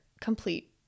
complete